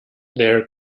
there